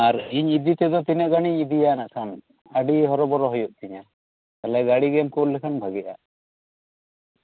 ᱟᱨ ᱤᱧ ᱤᱫᱤ ᱛᱮᱫᱚ ᱛᱤᱱᱟᱹᱜ ᱜᱟᱱᱤᱧ ᱤᱫᱤᱭᱟ ᱱᱟᱜᱠᱷᱟᱱ ᱟᱹᱰᱤ ᱦᱚᱨᱚ ᱵᱚᱨᱚ ᱦᱩᱭᱩᱜ ᱛᱤᱧᱟ ᱛᱟᱦᱞᱮ ᱜᱟᱹᱰᱤ ᱜᱮᱢ ᱠᱩᱞ ᱞᱮᱠᱷᱟᱱ ᱵᱷᱟᱹᱜᱤᱜᱼᱟ